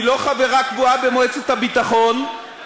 היא לא חברה קבועה במועצת הביטחון.